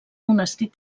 monestir